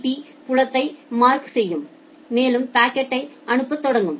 B புலத்தைக் mark செய்யும் மேலும் பாக்கெட்டை அனுப்பத் தொடங்கும்